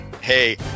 Hey